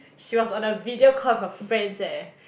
she was on a video call with her friends eh